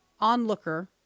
onlooker